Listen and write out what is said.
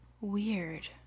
Weird